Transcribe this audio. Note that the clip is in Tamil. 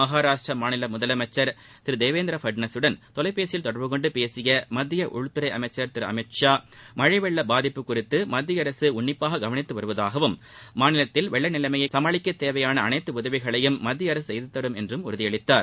மகாராஷ்டிர மாநில முதலமைச்சர் திரு தேவேந்திர ஃபட்னவிசுடன் தொலைபேசியில் தொடர்புகொண்டு பேசிய மத்திய உள்துறை அமைச்சர் திரு அமித்ஷா மழை வெள்ள பாதிப்பு குறித்து மத்திய அரசு உன்னிப்பாகக் கவனித்து வருவதாகவும் மாநிலத்தில் வெள்ள நிலைமையை சமாளிக்க தேவையான அனைத்து உதவிகளையும் மத்திய அரசு செய்து தரும் எனவும் உறுதியளித்தார்